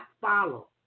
follow